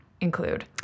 include